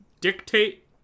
Dictate